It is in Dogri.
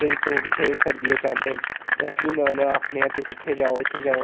जदूं सोक इत्थै सर्दियें च आंदे न ते अस बी उनां नू आखने आं तुस इत्थे जाओ इत्थै जाओ